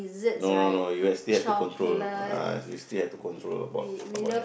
no no no you have still have to control <[ah] you still have to control about about that